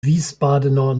wiesbadener